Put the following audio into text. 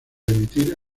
emitir